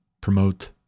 promote